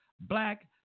black